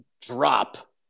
drop